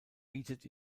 bietet